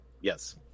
Yes